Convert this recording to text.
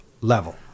level